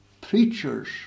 preachers